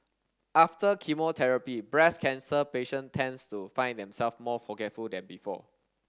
after chemotherapy breast cancer patient tends to find themselves more forgetful than before